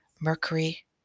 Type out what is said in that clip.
Mercury